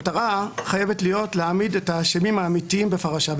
המטרה חייבת להיות להעמיד את האשמים האמיתיים בפרשה,